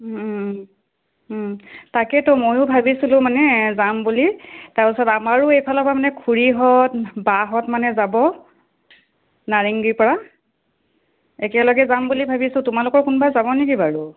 তাকেইতো ময়ো ভাবিছিলোঁ মানে যাম বুলি তাৰ পিছত আমাৰো এইফালৰপৰা মানে খুুৰীহঁত বাহঁত মানে যাব নাৰেঙ্গীৰপৰা একেলগে যাম বুলি ভাবিছোঁ তোমালোকৰ কোনোবা যাব নেকি বাৰু